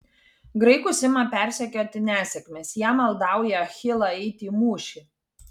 graikus ima persekioti nesėkmės jie maldauja achilą eiti į mūšį